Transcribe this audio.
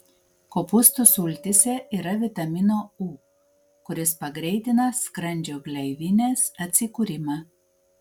kopūstų sultyse yra vitamino u kuris pagreitina skrandžio gleivinės atsikūrimą